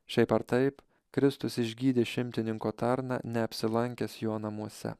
šiaip ar taip kristus išgydė šimtininko tarną neapsilankęs jo namuose